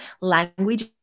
language